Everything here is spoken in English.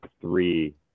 three